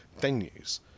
venues